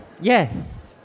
Yes